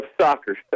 soccer